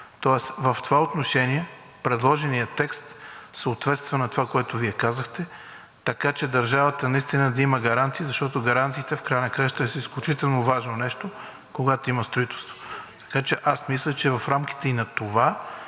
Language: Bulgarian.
тоест в това отношение предложеният текст съответства на това, което Вие казахте, така че държавата наистина да има гаранти, защото гарантите в края на краищата са изключително важно нещо, когато има строителство. Така че аз мисля, че в рамките и на това